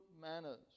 manners